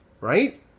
Right